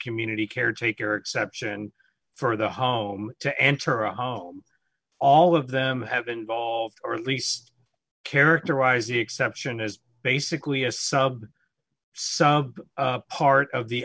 community caretaker exception for the home to enter a home all of them have been involved or at least characterized the exception as basically a sub part of the